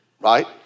right